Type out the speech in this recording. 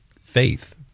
faith